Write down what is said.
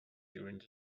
during